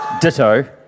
Ditto